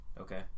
Okay